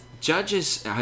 judges